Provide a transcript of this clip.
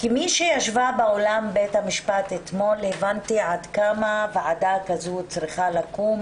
כמי שישבה באולם בית המשפט אתמול הבנתי עד כמה ועדה כזאת צריכה לקום